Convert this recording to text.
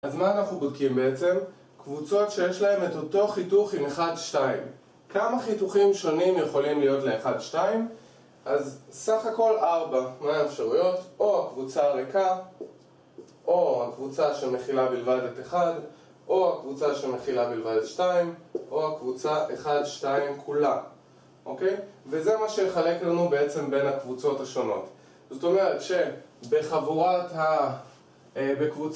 אז מה אנחנו בודקים בעצם? קבוצות שיש להן את אותו חיתוך עם 1-2 כמה חיתוכים שונים יכולים להיות ל-1-2? אז סך הכל 4 מה האפשרויות או הקבוצה הריקה, או הקבוצה שמכילה בלבד את 1 או הקבוצה שמכילה בלבד את 2, או הקבוצה 1-2 כולה, אוקיי? וזה מה שיחלק לנו בעצם בין הקבוצות השונות זאת אומרת שבחבורת הקבוצה